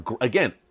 again